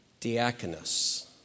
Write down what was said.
diaconus